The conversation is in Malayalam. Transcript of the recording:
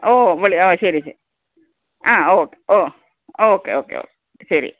ഓ വിളി ശരി ശരി ആ ഓ ഓ ഓക്കെ ഓക്കെ ശരി